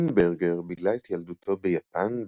לינברגר בילה את ילדותו ביפן,